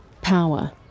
power